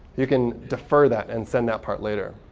you can defer that and send that part later.